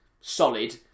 solid